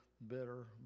better